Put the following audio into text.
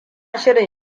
shirin